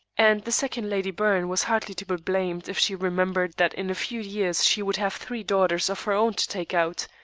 and the second lady byrne was hardly to be blamed if she remembered that in a few years she would have three daughters of her own to take out,